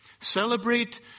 Celebrate